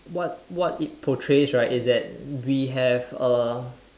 what what it portrays right is that we have a